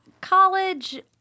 college